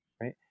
Right